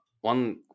one